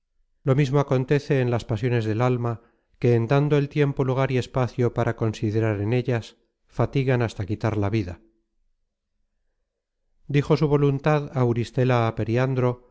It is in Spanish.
lo mismo acontece en las pasiones del alma que en dando el tiempo lugar y espacio para considerar en ellas fatigan hasta quitar la vida dijo su voluntad auristela